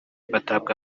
batabwa